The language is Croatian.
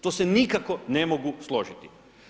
To se nikako ne mogu složiti.